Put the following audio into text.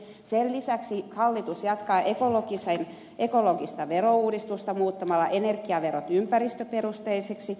sen lisäksi hallitus jatkaa ekologista verouudistusta muuttamalla energiaverot ympäristöperusteisiksi